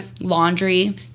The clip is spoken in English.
laundry